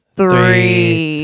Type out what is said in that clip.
three